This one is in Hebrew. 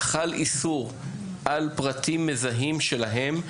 חל איסור על פרטים מזהים שלהם,